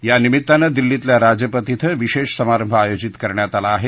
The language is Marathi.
या निमित्तानं दिल्लीतल्या राजपथ ििंशेष समारंभ आयोजित करण्यात आला आहे